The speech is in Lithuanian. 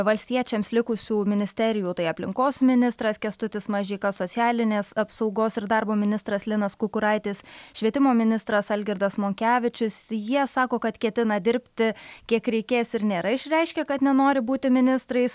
valstiečiams likusių ministerijų tai aplinkos ministras kęstutis mažeika socialinės apsaugos ir darbo ministras linas kukuraitis švietimo ministras algirdas monkevičius jie sako kad ketina dirbti kiek reikės ir nėra išreiškę kad nenori būti ministrais